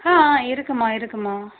ஆ ஆ இருக்கும்மா இருக்கும்மா